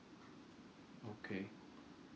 okay